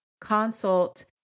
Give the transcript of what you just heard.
consult